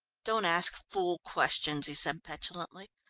don't ask fool questions, he said petulantly.